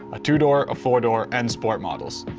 a two-door, a four-door and sport models.